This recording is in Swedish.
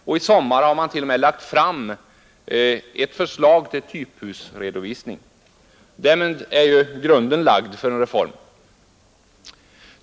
Under sommaren har man t.o.m., lagt fram ett förslag till typhusredovisning. Därmed är grunden lagd för en reform.